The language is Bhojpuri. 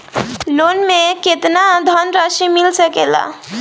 लोन मे केतना धनराशी मिल सकेला?